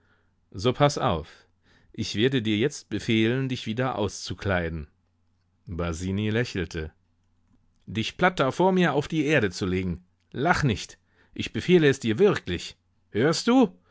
so paß auf ich werde dir jetzt befehlen dich wieder auszukleiden basini lächelte dich platt da vor mir auf die erde zu legen lach nicht ich befehle es dir wirklich hörst du